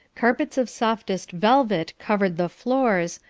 carpets of softest velvet covered the floors,